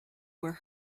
were